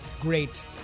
great